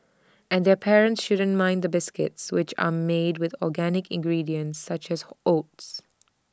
and their parents shouldn't mind the biscuits which are made with organic ingredients such as oats